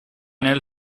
nel